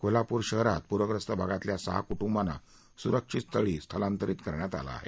कोल्हापूर शहरात पूर्यस्त भागातील सहा कुटुंबांना सुरक्षितस्थळी स्थलांतर करण्यात आलं आहे